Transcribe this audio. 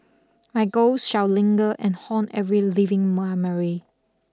my ghost shall linger and haunt every living memory